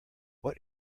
what